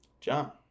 John